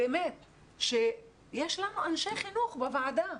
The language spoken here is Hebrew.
יש לנו אנשי חינוך בוועדה,